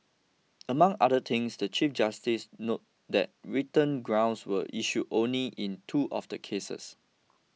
among other things the Chief Justice noted that written grounds were issued only in two of the cases